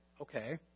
Okay